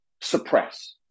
suppress